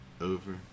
over